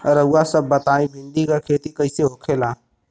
रउआ सभ बताई भिंडी क खेती कईसे होखेला?